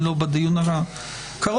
אם לא בדיון הקרוב,